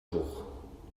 jours